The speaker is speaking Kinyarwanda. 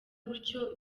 gutyo